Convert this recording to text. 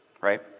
right